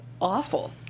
awful